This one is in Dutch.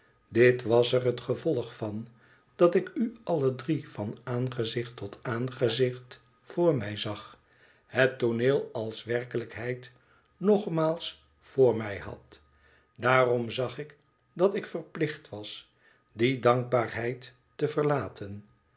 dit was er het gevolg van dat ik u alle drie van aangezicht tot aangezicht voor mij zag het tooneel als werkelijkheid nogmaals voor mij had daarom zag ik dat ik verplicht was die dankbaarheid te verlaten